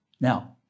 Now